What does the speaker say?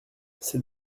c’est